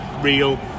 real